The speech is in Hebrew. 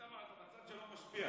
צד שלא משפיע.